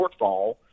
shortfall